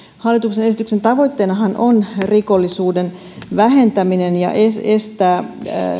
hallituksen esityksen tavoitteenahan on rikollisuuden vähentäminen ja estää